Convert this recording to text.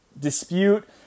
dispute